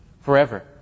forever